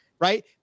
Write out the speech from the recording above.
right